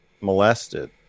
molested